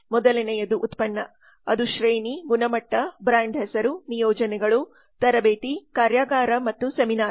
ಮೊದಲನೆಯದು ಉತ್ಪನ್ನ ಅದು ಶ್ರೇಣಿ ಗುಣಮಟ್ಟದ ಮಟ್ಟ ಬ್ರಾಂಡ್ ಹೆಸರು ನಿಯೋಜನೆಗಳು ತರಬೇತಿ ಕಾರ್ಯಾಗಾರ ಮತ್ತು ಸೆಮಿನಾರ್